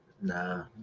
Nah